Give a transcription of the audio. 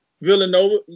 Villanova